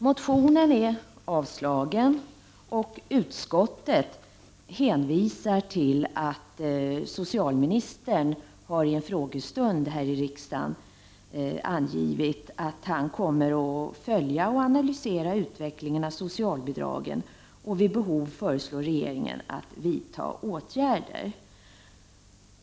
Motionen har blivit avstyrkt, och utskottet hänvisar till att socialministern i en frågestund har angivit att han kommer att följa och analysera utvecklingen av socialbidragen och vid behov föreslå regeringen att vidta åtgärder.